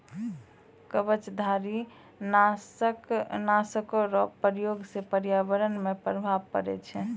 कवचधारी नाशक रो प्रयोग से प्रर्यावरण मे प्रभाव पड़ै छै